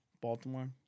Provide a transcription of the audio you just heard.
Baltimore